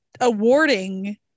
awarding